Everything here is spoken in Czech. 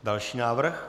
Další návrh.